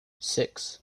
six